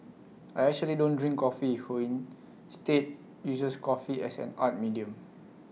I actually don't drink coffee who instead uses coffee as an art medium